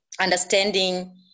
Understanding